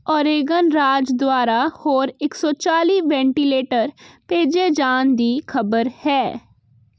Oregon ਰਾਜ ਦੁਆਰਾ ਹੋਰ ਇੱਕ ਸੌ ਚਾਲੀ ਵੈਂਟੀਲੇਟਰ ਭੇਜੇ ਜਾਣ ਦੀ ਖ਼ਬਰ ਹੈ